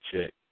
check